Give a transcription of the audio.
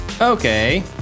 Okay